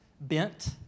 bent